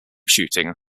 shooting